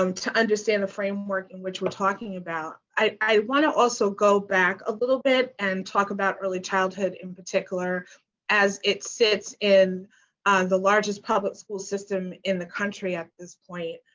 um to understand the framework in which we talking about. i want to also go back a little bit and talk about early childhood in particular as it sits in the largest public school system in the country at this point.